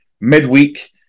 midweek